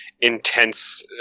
intense